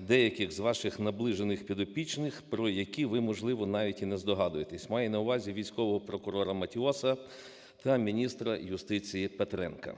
деяких з ваших наближених підопічних, про які ви, можливо, навіть і не здогадуєтесь. Маю на увазі військового прокурораМатіоса та міністра юстиції Петренка.